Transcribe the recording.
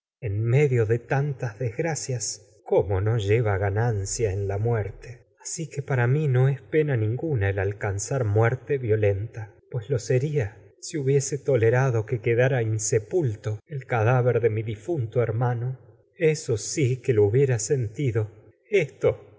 en medio de tanantígona tas desgracias cómo que no lleva ganancia en la muerte asi te para mi no es pena ninguna el alcanzar muer violenta pero lo sería si hubiese mi tolei'ado que que dara insepulto el cadáver de difunto hermano eso sí que lo hubiera sentido que soy esto